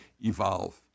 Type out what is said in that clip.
evolve